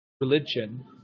religion